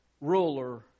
ruler